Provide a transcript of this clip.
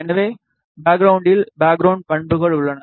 எனவே பேக்ரவுண்டில் பேக்ரவுண்ட் பண்புகள் உள்ளன